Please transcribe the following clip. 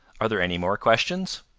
are there any more questions?